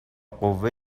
قوه